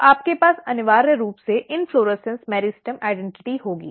तो आपके पास अनिवार्य रूप से इन्फ्लोरेसन्स मेरिस्टेम पहचान होगी